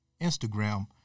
Instagram